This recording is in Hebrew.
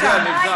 עד כאן.